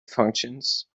functions